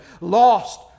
Lost